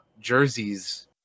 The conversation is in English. jerseys